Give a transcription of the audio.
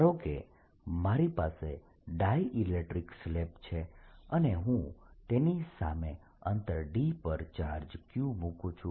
ધારો કે મારી પાસે ડાયઈલેક્ટ્રીક સ્લેબ છે અને હું તેની સામે અંતર d પર ચાર્જ q મૂકું છું